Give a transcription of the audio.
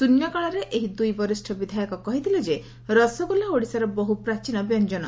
ଶ୍ରନ୍ୟକାଳରେ ଏହି ଦୁଇ ବରିଷ୍ ବିଧାୟକ କହିଥିଲେ ଯେ ରସଗୋଲା ଓଡ଼ିଶାର ବହୁ ପ୍ରାଚୀନ ବ୍ୟଞାନ